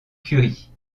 curie